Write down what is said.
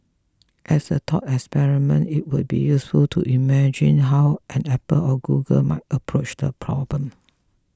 as a thought experiment it would be useful to imagine how an Apple or Google might approach the problem